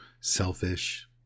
selfish